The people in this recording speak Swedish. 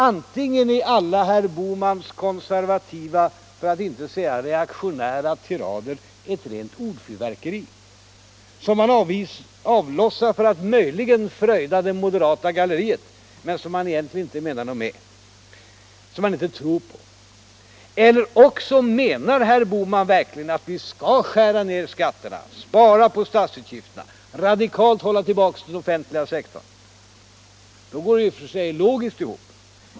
Antingen är alla herr Bohmans konservativa —- för att inte säga reaktionära — tirader ett rent ordfyrverkeri, som han avlossar för att möjligen fröjda det moderata galleriet men som han egentligen inte menar någonting med, som han inte tror på. Eller också menar herr Bohman verkligen att vi skall skära ned skatterna, spara på statsutgifterna, radikalt hålla tillbaka den offentliga sektorn. Då går det i och för sig logiskt ihop.